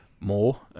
more